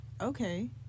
Okay